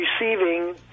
receiving